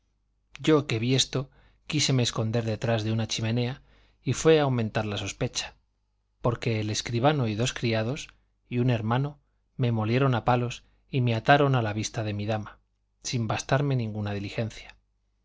yo que vi esto quíseme esconder detrás de una chimenea y fue aumentar la sospecha porque el escribano y dos criados y un hermano me molieron a palos y me ataron a la vista de mi dama sin bastarme ninguna diligencia